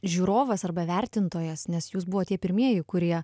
žiūrovas arba vertintojas nes jūs buvot tie pirmieji kurie